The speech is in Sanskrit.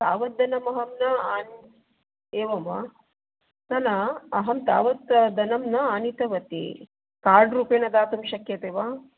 तावत् धनम् अहं न आन् एवं वा न न अहं तावत् धनं न अनीतवती कार्ड् रूपेण दातुं शक्यते वा